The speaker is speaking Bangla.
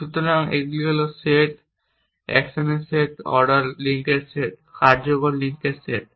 সুতরাং এগুলি হল সেট অ্যাকশনের সেট অর্ডারিং লিঙ্কের সেট কার্যকারণ লিঙ্কের সেট